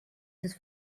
das